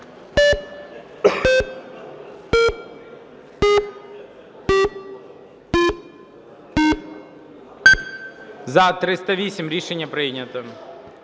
За-308 Рішення прийнято.